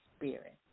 Spirit